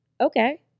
okay